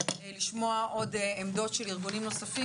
לשמוע עוד עמדות של ארגונים נוספים.